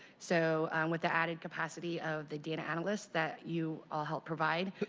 so with the added capacity of the data analyst that you all helped provide,